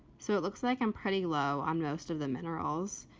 so it looks like i'm pretty low on most of the minerals.